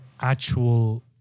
actual